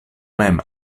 mem